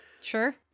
Sure